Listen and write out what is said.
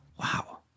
Wow